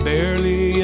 Barely